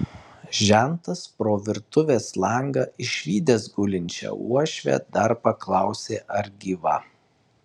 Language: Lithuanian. žentas pro virtuvės langą išvydęs gulinčią uošvę dar paklausė ar gyva